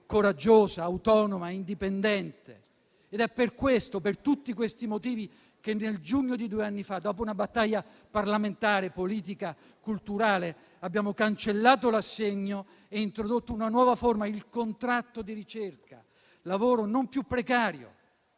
coraggiosa, autonoma e indipendente. È per questo, per tutti questi motivi, che nel giugno di due anni fa, dopo una battaglia parlamentare, politica e culturale, abbiamo cancellato l'assegno e introdotto una nuova forma: il contratto di ricerca, lavoro non più precario